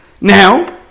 Now